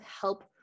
help